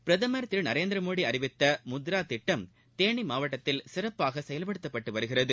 பிரதமர் திரு நரேந்திரமோடி அறிவித்த முத்ரா திட்டம் தேனி மாவட்டத்தில் சிறப்பாக செயல்படுத்தப்பட்டு வருகிறது